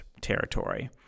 territory